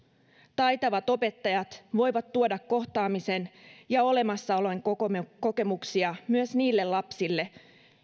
taitavat opettajat voivat tuoda kohtaamisen ja olemassaolon kokemuksia myös niille lapsille